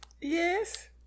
Yes